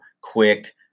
quick